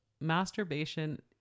masturbation